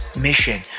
mission